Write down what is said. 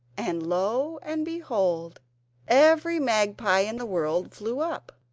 and lo! and behold every magpie in the world flew up.